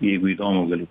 jeigu įdomu galiu